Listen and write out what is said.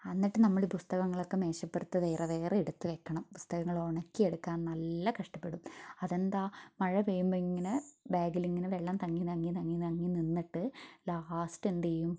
എന്നിട്ട് നമ്മൾ പുസ്തകങ്ങളൊക്കെ മേശപ്പുറത്ത് വേറെ വേറെ എടുത്തുവെക്കണം പുസ്തകങ്ങൾ ഉണക്കിയെടുക്കാൻ നല്ല കഷ്ടപ്പെടും അതെന്താ മഴ പെയ്യുമ്പോൾ ഇങ്ങനെ ബാഗിലിങ്ങനെ വെള്ളം തങ്ങി തങ്ങി തങ്ങി തങ്ങി നിന്നിട്ട് ലാസ്റ്റ് എന്ത് ചെയ്യും